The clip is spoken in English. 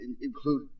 include